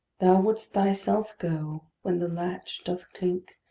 wouldst thyself go, when the latch doth clink,